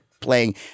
playing